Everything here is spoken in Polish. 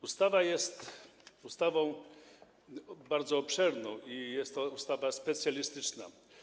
Ustawa jest bardzo obszerna i jest to ustawa specjalistyczna.